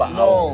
no